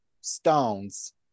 stones